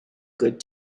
good